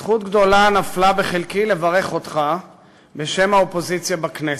זכות גדולה נפלה בחלקי לברך אותך בשם האופוזיציה בכנסת.